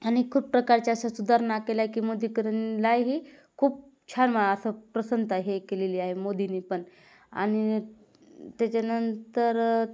आणि खूप प्रकारच्या असं सुधारणा केला आहे की मोदी करणलाही खूप छान असं प्रसन्नता हे केलेली आहे मोदीनी पण आणि त्याच्यानंतर